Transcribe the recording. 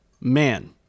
Man